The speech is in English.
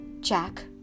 Jack